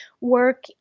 work